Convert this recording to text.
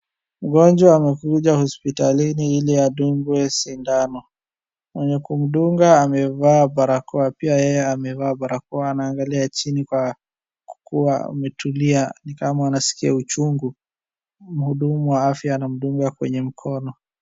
Mgonjwa amekuja hopsitalini ili adungwe sindano. Mwenye kumdunga amevaa barakoa, pia yeye amevaa barakoa. Anaangalia chini kwa kuwa ametulia ni kama anasikia uchungu. Mhudumu wa afya anamdunga kwenye mkono.